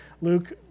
Luke